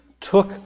took